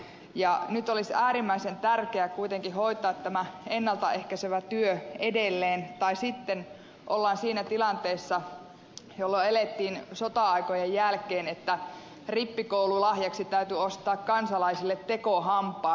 nyt olisi äärimmäisen tärkeää kuitenkin hoitaa tämä ennalta ehkäisevä työ edelleen tai sitten ollaan siinä tilanteessa jollaista elettiin sota aikojen jälkeen että rippikoululahjaksi täytyi ostaa kansalaisille tekohampaat